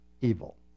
evil